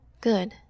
Good